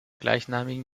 gleichnamigen